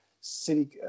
City